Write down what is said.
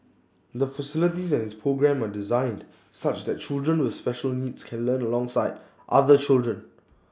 the facility and its programme are designed such that children with special needs can learn alongside other children